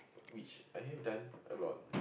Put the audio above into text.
which I have done a lot